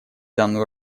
данную